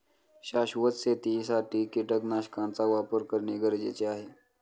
शाश्वत शेतीसाठी कीटकनाशकांचा वापर करणे गरजेचे आहे